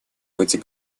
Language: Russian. быть